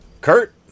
Kurt